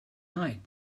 night